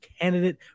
candidate